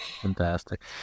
Fantastic